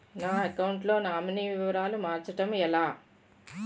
నా అకౌంట్ లో నామినీ వివరాలు మార్చటం ఎలా?